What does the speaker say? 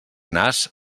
nas